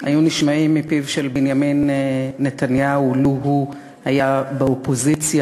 היו נשמעים מפיו של בנימין נתניהו לו היה באופוזיציה,